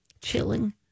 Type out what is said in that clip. chilling